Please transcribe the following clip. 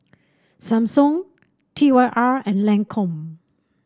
Samsung T Y R and Lancome